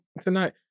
tonight